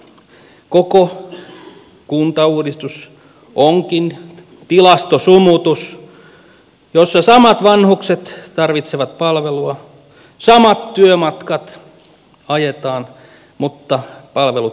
koko kuntauudistus onkin tilastosumutus jossa samat vanhukset tarvitsevat palvelua samat työmatkat ajetaan mutta palvelut keskitetään kauas ihmisistä